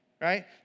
right